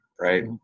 right